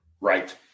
Right